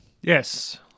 Yes